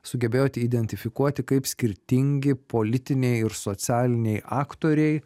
sugebėjote identifikuoti kaip skirtingi politiniai ir socialiniai aktoriai